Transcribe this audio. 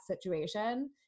situation